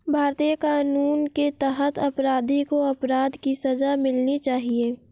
भारतीय कानून के तहत अपराधी को अपराध की सजा मिलनी चाहिए